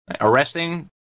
Arresting